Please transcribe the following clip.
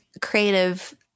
creative